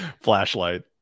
flashlight